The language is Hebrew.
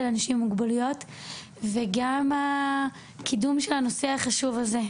של אנשים עם מוגבלויות וגם הקידום של הנושא החשוב הזה,